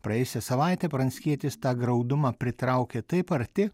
praėjusią savaitę pranckietis tą graudumą pritraukė taip arti